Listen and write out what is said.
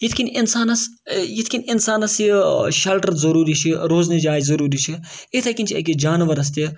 یِتھ کٔنۍ اِنسانَس یِتھ کٔنۍ اِنسانَس یہِ شَلٹَر ضٔروٗری چھِ روزنٕچ جاے ضٔروٗری چھِ یِتھَے کٔنۍ چھِ أکِس جاناوَارَس تہِ